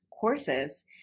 courses